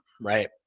right